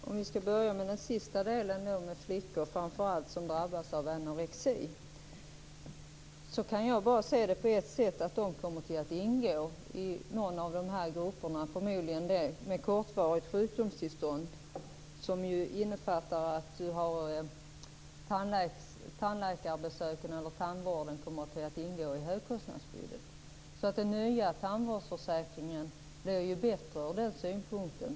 Herr talman! Jag börjar med den sista frågan om de, framför allt flickor, som drabbas av anorexi. Jag kan bara se det på ett sätt. De kommer att ingå i någon av grupperna - förmodligen den som omfattar kortvariga sjukdomstillstånd. Det innebär att tandläkarbesöken och tandvården kommer att ingå i högkostnadsskyddet. Den nya tandvårdsförsäkringen blir bättre ur den synpunkten.